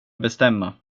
bestämma